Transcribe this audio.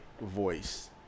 voice